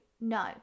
no